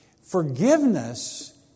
Forgiveness